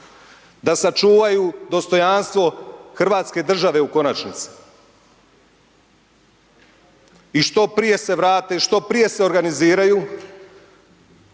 da sačuvaju dostojanstvo hrvatske države u konačnici i što prije se vrate, što prije se organiziraju